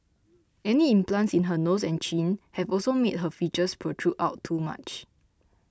any implants in her nose and chin have also made her features protrude out too much